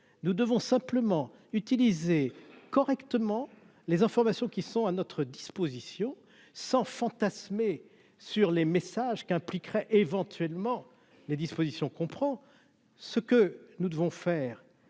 nous devons simplement utiliser correctement les informations qui sont à notre disposition sans fantasmer sur les messages qu'impliquerait éventuellement les dispositions comprend ce que nous devons faire,